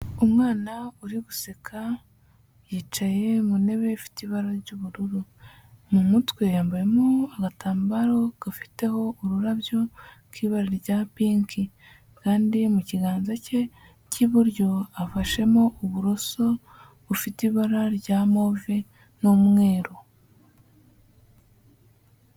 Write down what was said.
Umwana uri guseka yicaye mu ntebe ifite ibara ry'ubururu, mu mutwe yambayemo agatambaro gafiteho ururabyo k'ibara rya pinki kandi mu kiganza cye cy'iburyo afashemo uburoso bufite ibara rya move n'umweru.